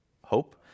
hope